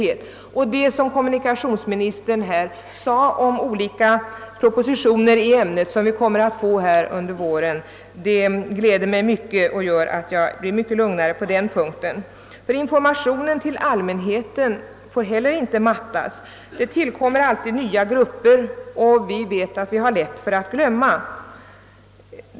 Det gläder mig mycket att kommunikationsministern nu sagt att vi kommer att få olika propositioner i ämnet under våren. Jag blir då mycket lugnare på den punkten. Informationen till allmänheten får inte mattas. Det tillkommer alltid nya grupper, och vi vet att vi har lätt för att glömma.